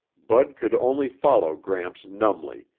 bud could only follow gramps numbly,